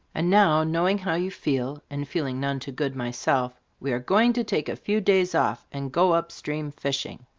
and now, knowing how you feel, and feeling none to good myself, we are going to take a few days off and go upstream, fishing.